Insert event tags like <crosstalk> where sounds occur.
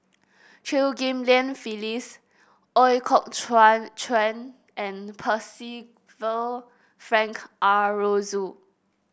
Chew Ghim Lian Phyllis Ooi Kok <unintelligible> Chuen and Percival Frank Aroozoo